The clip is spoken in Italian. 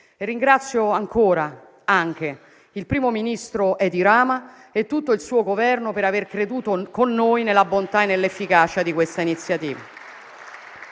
Ringrazio anche il primo ministro Edi Rama e tutto il suo Governo per aver creduto con noi nella bontà e nell'efficacia di questa iniziativa.